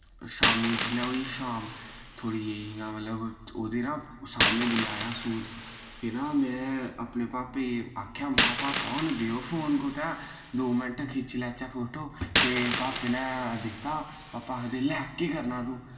शाम्मी जिल्लै होई शाम थोह्ड़ी देई इय्यां मतलब ओह्दे ना सामने जिल्लै आया सूरज ते ना मैं अपने पापे गी आखेआ महा पापा हुन देओ फोन कुतै दो मैंट खिच्ची लैचै फोटो ते पापे नै दित्ता पापा आखदे लै केह् करना तू